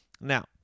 now